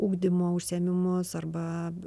ugdymo užsiėmimus arba